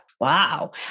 Wow